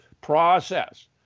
process